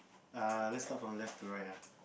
err lets start from the left to right ah